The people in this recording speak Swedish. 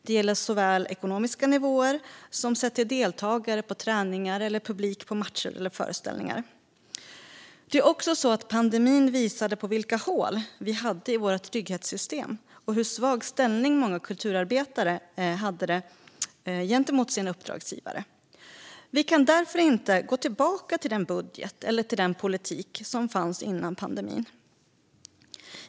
Det gäller såväl de ekonomiska nivåerna som antalet deltagare på träningar och publik på matcher eller föreställningar. Pandemin visade också vilka hål vi hade i våra trygghetssystem och hur svag ställning många kulturarbetare hade gentemot sina uppdragsgivare. Vi kan därför inte gå tillbaka till den budget eller den politik som fanns före pandemin.